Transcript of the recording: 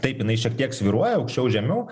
taip jinai šiek tiek svyruoja aukščiau žemiau